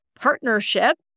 partnership